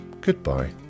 Goodbye